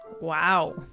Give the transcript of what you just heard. Wow